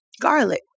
garlic